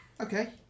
Okay